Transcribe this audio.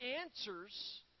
answers